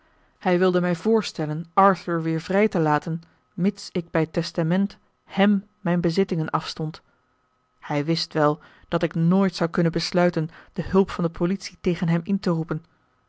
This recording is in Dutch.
hij wilde mij voorstellen arthur weer vrij te laten mits ik bij testament hem mijn bezittingen afstond hij wist wel dat ik nooit zou kunnen besluiten de hulp van de politie tegen hem in te roepen